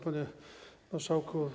Panie Marszałku!